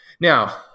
now